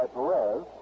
Perez